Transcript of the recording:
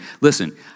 listen